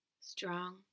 strong